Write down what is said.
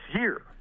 year